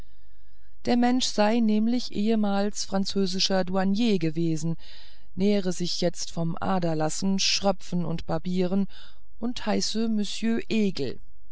der mensch sei nämlich ehemals französischer douanier gewesen nähre sich jetzt vom aderlassen schröpfen und barbieren und heiße monsieur egel